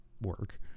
work